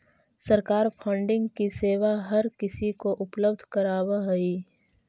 सरकार फंडिंग की सेवा हर किसी को उपलब्ध करावअ हई